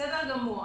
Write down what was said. בסדר גמור.